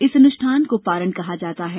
इस अनुष्ठान को पारण कहा जाता है